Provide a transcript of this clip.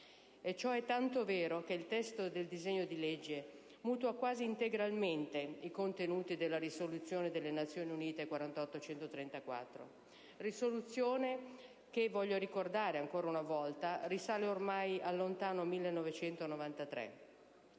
E ciò è tanto vero che il testo del disegno di legge mutua quasi integralmente i contenuti della risoluzione 48/134 delle Nazioni Unite. Risoluzione che, voglio ricordare ancora una volta, risale all'ormai lontano 1993.